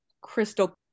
crystal